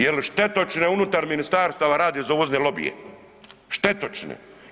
Jel štetočine unutar ministarstava rade za uvozne lobije, štetočine.